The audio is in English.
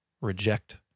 reject